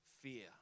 fear